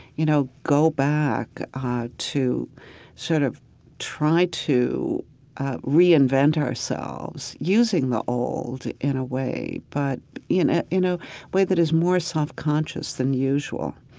you know, go back to sort of try to reinvent ourselves using the old in a way. but you know, a you know way that is more self-conscious than usual.